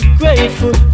grateful